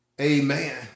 amen